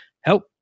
help